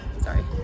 sorry